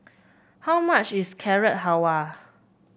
how much is Carrot Halwa